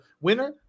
winner